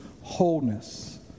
wholeness